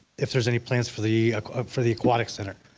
if there's any plans for the for the aquatic center.